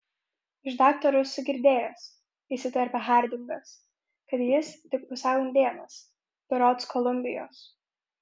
iš daktaro esu girdėjęs įsiterpia hardingas kad jis tik pusiau indėnas berods kolumbijos